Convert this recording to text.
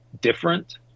different